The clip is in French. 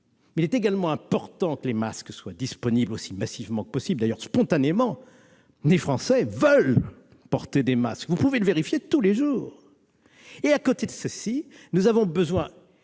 il est également important que les masques soient accessibles aussi massivement que possible. D'ailleurs, spontanément, les Français veulent en porter. Vous pouvez le vérifier tous les jours. Par ailleurs, nous avons besoin